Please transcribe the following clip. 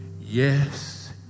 yes